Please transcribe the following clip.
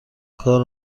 کار